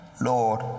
Lord